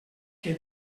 que